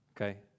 okay